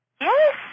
Yes